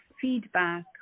feedback